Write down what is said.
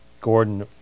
Gordon